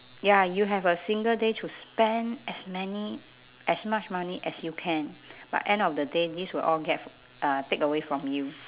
ya you have a single day to spend as many as much money as you can but end of the day this will all get uh take away from you